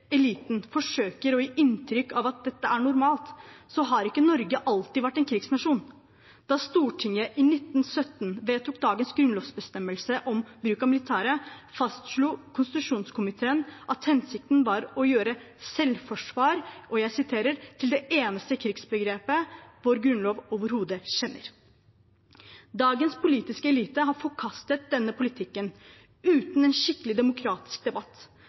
eliten forsøker å gi inntrykk av at dette er normalt, har ikke Norge alltid vært en krigsnasjon. Da Stortinget i 1917 vedtok dagens grunnlovsbestemmelse om bruk av militæret, fastslo konstitusjonskomiteen at hensikten var å gjøre selvforsvar «til det eneste krigsbegrep, vor grundlov overhodet kjender». Dagens politiske elite har forkastet denne politikken uten en skikkelig demokratisk debatt.